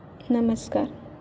नमस्कार